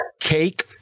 Cake